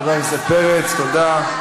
חבר הכנסת פרץ, תודה.